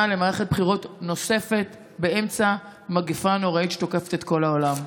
למערכת בחירות נוספת באמצע המגפה הנוראית שתוקפת את כל העולם.